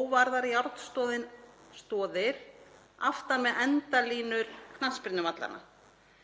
óvarðar járnstoðir aftan við endalínur knattspyrnuvallanna